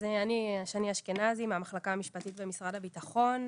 אז אני שני אשכנזי מהמחלקה המשפטית במשרד הביטחון,